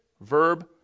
verb